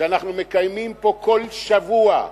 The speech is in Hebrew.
שאנחנו מקיימים פה בכל שבוע,